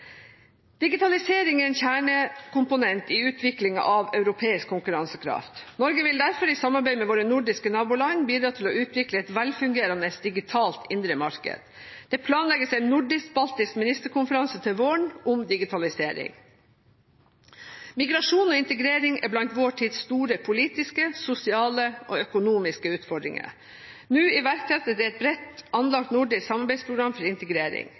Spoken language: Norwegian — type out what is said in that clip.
Digitalisering er en kjernekomponent i utviklingen av europeisk konkurransekraft. Norge vil derfor, i samarbeid med sine nordiske naboland, bidra til å utvikle et velfungerende digitalt indre marked. Det planlegges en nordisk-baltisk ministerkonferanse til våren om digitalisering. Migrasjon og integrering er blant vår tids store politiske, sosiale og økonomiske utfordringer. Nå iverksettes det et bredt anlagt nordisk samarbeidsprogram for integrering.